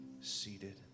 seated